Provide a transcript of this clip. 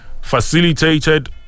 facilitated